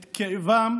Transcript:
את כאבם